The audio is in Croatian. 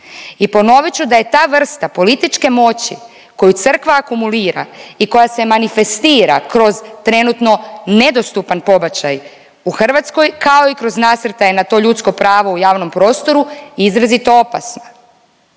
I ponovit ću da je ta vrsta političke moći koju crkva akumulira i koja se manifestira kroz trenutno nedostupan pobačaj u Hrvatskoj, kao i kroz nasrtaj na to ljudsko pravo u javnom prostoru je izrazito opasna.